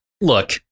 Look